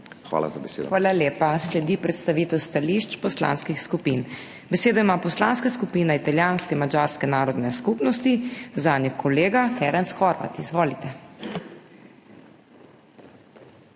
Hvala za besedo.